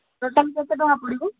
total କେତେ ଟଙ୍କା ପଡ଼ିବ